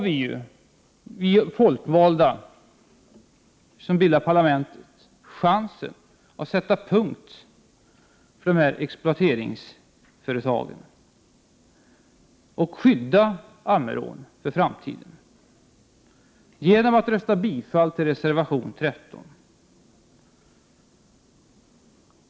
Vi folkvalda i detta parlament har nu chansen att sätta stopp för de här exploateringsföretagen genom att rösta för bifall till reservation 13 och därmed skydda Ammerån för framtiden.